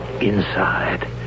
inside